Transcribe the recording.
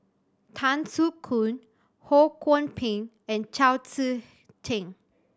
Tan Soo Khoon Ho Kwon Ping and Chao Tzee Cheng